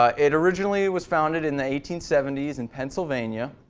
ah it originally was founded in the eighteen seventy s in pennsylvania.